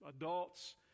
adults